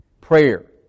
Prayer